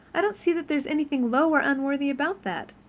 i don't see that there's anything low or unworthy about that,